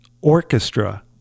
orchestra